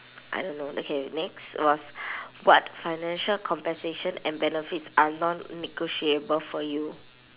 I don't know okay next was what financial compensation and benefits are non-negotiable for you